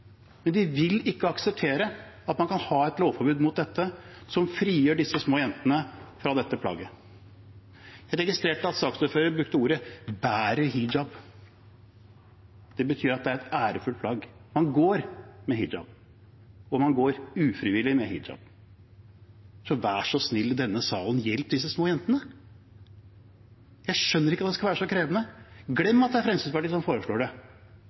men de vil ikke akseptere at man kan ha et lovforbud mot dette som frigjør disse små jentene fra dette plagget. Jeg registrerte at saksordføreren brukte ordene «bærer hijab» – det betyr at det er et ærefullt plagg. Man går med hijab, og man går ufrivillig med hijab. Så vær så snill, denne salen – hjelp disse små jentene! Jeg skjønner ikke at det skal være så krevende. Glem at det er Fremskrittspartiet som foreslår